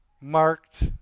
marked